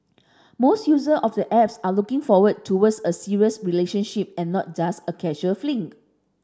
most user of the apps are looking forward towards a serious relationship and not just a casual fling